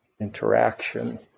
interaction